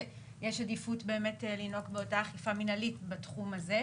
כאשר יש עדיפות לנהוג באותה אכיפה מנהלית בתחום הזה.